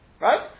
Right